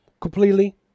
Completely